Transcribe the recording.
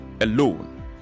alone